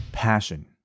passion